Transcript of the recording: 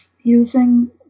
using